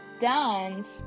dance